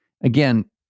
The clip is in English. again